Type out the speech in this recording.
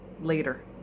later